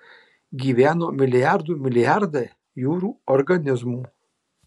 gyveno milijardų milijardai jūrų organizmų